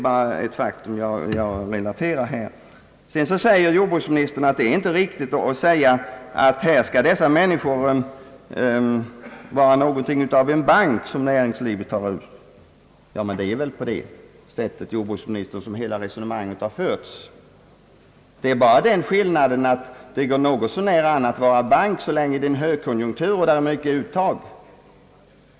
Jordbruksministern säger vidare att det inte är riktigt att se dessa människor som någonting av en bank för näringslivet och samhället. Ja, men det är väl ändå på det sättet, jordbruksministern, så som resonemanget har förts och alltjämt förs, Det går ju också något så när an att vara bank så länge det är högkonjunktur och därmed många uttag.